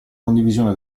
condivisione